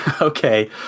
Okay